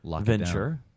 venture